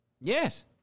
Yes